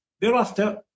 Thereafter